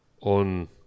On